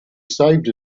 saved